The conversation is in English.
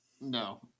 No